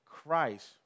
Christ